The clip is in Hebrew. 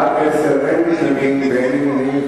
בעד, 10, אין מתנגדים ואין נמנעים.